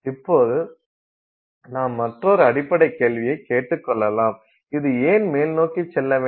இப்போது நாம் மற்றொரு அடிப்படை கேள்வியைக் கேட்டுக் கொள்ளலாம் இது ஏன் மேல் நோக்கிச் செல்ல வேண்டும்